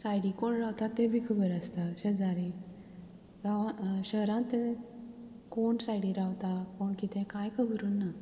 सायडीक कोण रावता तें भी खबर आसता शेजारी गांव शहरांत कोण सायडीन रावता कोण कितें कांय खबर उरना